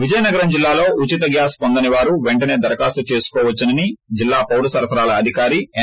విజయనగరం జిల్లాలో ఉచిత గ్యాస్ పొందనివారు పెంటనే దరఖాస్తు చేసుకోవచ్చని జిల్లా పౌరసరఫరాల అధకారి ఎస్